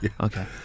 okay